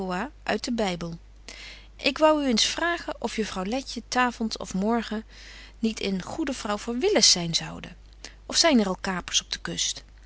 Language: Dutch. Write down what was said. uit den bybel ik wou u eens vragen of juffrouw letje t'avond of morgen niet een goede vrouw voor willis zyn zoude of zyn er al kapers op de kust